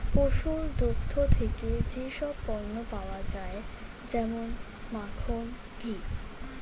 পশুর দুগ্ধ থেকে যেই সব পণ্য পাওয়া যায় যেমন মাখন, ঘি